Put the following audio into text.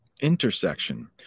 intersection